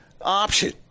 option